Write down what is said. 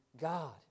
God